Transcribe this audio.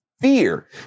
fear